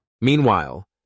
Meanwhile